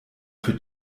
für